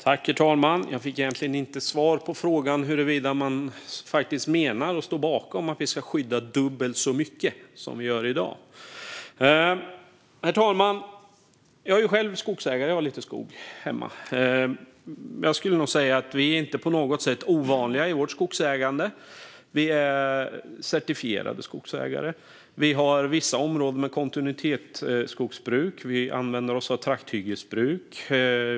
Herr talman! Jag fick egentligen inte svar på frågan huruvida man faktiskt menar och står bakom att vi ska skydda dubbelt så mycket som vi gör i dag. Herr talman! Jag är själv skogsägare - jag har lite skog hemma. Jag skulle nog säga att vi inte är på något sätt ovanliga i vårt skogsägande: Vi är certifierade skogsägare. Vi har vissa områden med kontinuitetsskogsbruk. Vi använder oss av trakthyggesbruk.